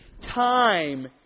time